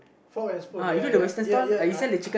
fork and spoon ya ya ya ya I I